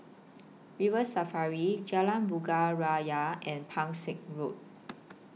River Safari Jalan Bunga Raya and Pang Seng Road